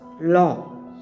law